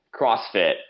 CrossFit